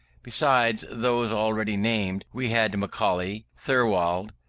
besides those already named, we had macaulay, thirlwall,